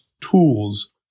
tools